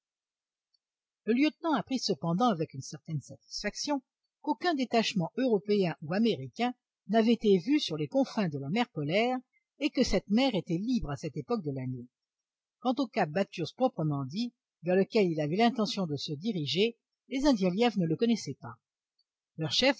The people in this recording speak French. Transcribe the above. le lieutenant apprit cependant avec une certaine satisfaction qu'aucun détachement européen ou américain n'avait été vu sur les confins de la mer polaire et que cette mer était libre à cette époque de l'année quand au cap bathurst proprement dit vers lequel il avait l'intention de se diriger les indiens lièvres ne le connaissaient pas leur chef